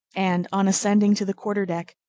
and, on ascending to the quarter-deck,